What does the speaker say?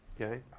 okay.